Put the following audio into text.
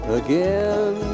again